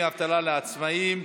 תוספת קצבה לנכים מונשמים),